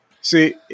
see